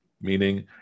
Meaning